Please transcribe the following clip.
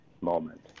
moment